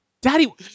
Daddy